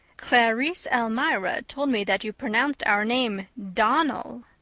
clarice almira told me that you pronounced our name donnell.